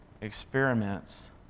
experiments